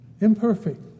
Imperfect